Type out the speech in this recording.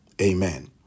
amen